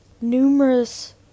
numerous